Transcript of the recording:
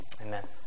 Amen